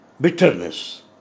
bitterness